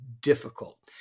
difficult